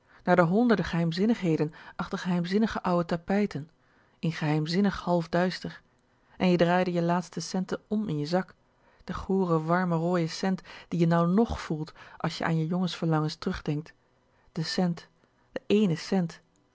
naar de honderden geheimzinnigheden achter geheimzinnige ouwe tapijten in geheimzinnig halfduister en je draaide je laatsten cent m in je zak den goren warmen rooien cent die je nou nog voelt als je aan je jongensverlangens terugdenkt den cent den éénen cent